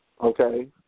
okay